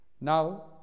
Now